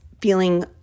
feeling